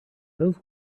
those